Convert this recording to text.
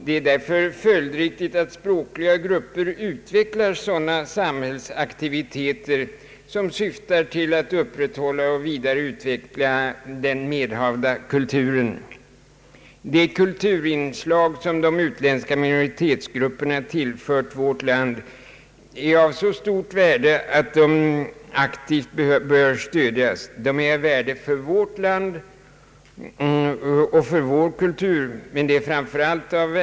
Det är därför följdriktigt att språkliga grupper utvecklar sådana samhällsaktiviteter som syftar till att upprätthålla och vidareutveckla den medhavda kulturen. De kulturinslag som de utländska minoritetsgrupperna tillfört vårt land är av så stort värde att de aktivt bör stödjas. De är av värde för vårt land och för vår kultur, men de är framför allt av värde för in Ang.